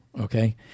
okay